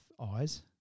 eyes –